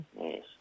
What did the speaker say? Yes